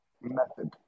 method